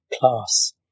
Class